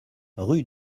rue